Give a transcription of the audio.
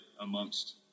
amongst